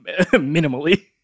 minimally